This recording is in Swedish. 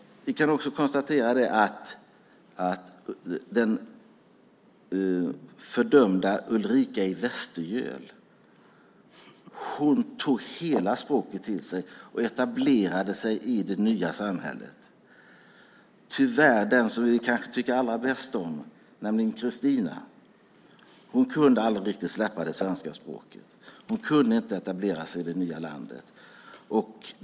Vi kan också konstatera att den fördömda Ulrika i Västergöl tog hela språket till sig och etablerade sig i det nya samhället. Den som vi kanske tycker allra bäst om, nämligen Kristina, kunde aldrig riktigt släppa det svenska språket. Hon kunde inte etablera sig i det nya landet.